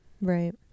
right